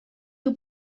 you